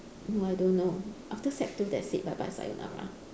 no I don't know after sec two that's it bye bye sayonara